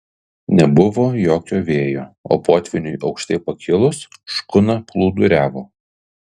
nebuvo jokio vėjo o potvyniui aukštai pakilus škuna plūduriavo